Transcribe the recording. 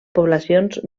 poblacions